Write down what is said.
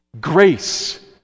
Grace